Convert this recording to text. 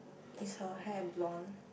is her hair blonde